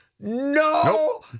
No